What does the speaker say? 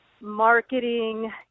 marketing